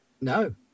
No